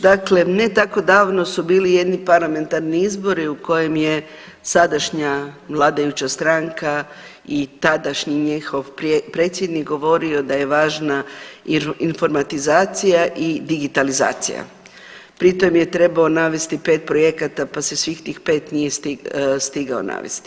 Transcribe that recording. Dakle, ne tako davno su bili jedni parlamentarni izbori u kojem je sadašnja vladajuća stranka i tadašnji njihov predsjednik govorio da je važna informatizacija i digitalizacija, pri tom je trebao navesti pet projekata pa se svih tih pet nije stigao navesti.